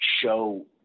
show